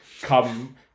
come